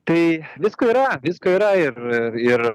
tai visko yra visko yra ir ir